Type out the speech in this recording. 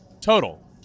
total